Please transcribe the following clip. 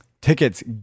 tickets